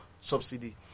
subsidy